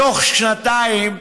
בתוך שנתיים,